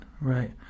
right